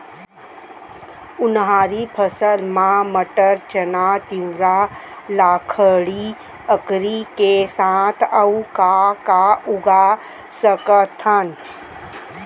उनहारी फसल मा मटर, चना, तिंवरा, लाखड़ी, अंकरी के साथ अऊ का का उगा सकथन?